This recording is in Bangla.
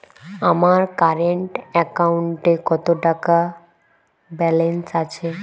আমার কারেন্ট অ্যাকাউন্টে কত টাকা ব্যালেন্স আছে?